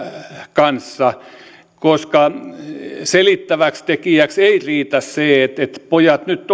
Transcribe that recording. kanssa koska selittäväksi tekijäksi ei riitä se että pojat nyt